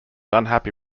unhappy